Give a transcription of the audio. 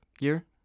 year